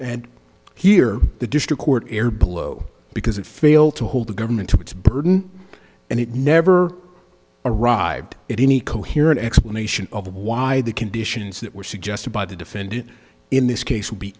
and hear the district court air blow because it failed to hold the government to its burden and it never arrived at any coherent explanation of why the conditions that were suggested by the defendant in this case would be